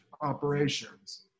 operations